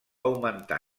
augmentar